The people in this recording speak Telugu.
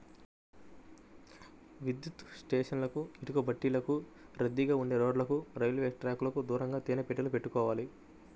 విద్యుత్ స్టేషన్లకు, ఇటుకబట్టీలకు, రద్దీగా ఉండే రోడ్లకు, రైల్వే ట్రాకుకు దూరంగా తేనె పెట్టెలు పెట్టుకోవాలి